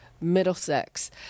Middlesex